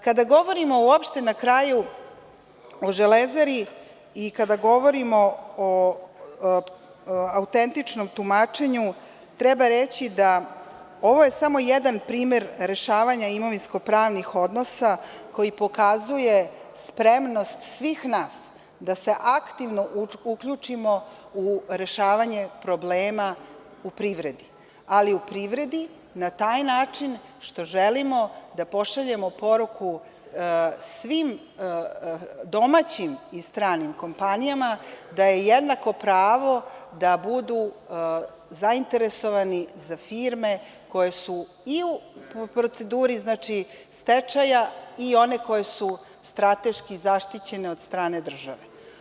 Kada govorimo uopšte, na kraju, o „Železari“ i kada govorimo o autentičnom tumačenju, treba reći da je ovo samo jedan primer rešavanja imovinsko-pravnih odnosa koji pokazuje spremnost svih nas da se aktivno uključimo u rešavanje problema u privredi, ali u privredi na taj način što želimo da pošaljemo poruku svim domaćim i stranim kompanijama da je jednako pravo da budu zainteresovani za firme koje su i u proceduri stečaja i one koje su strateški zaštićene od strane države.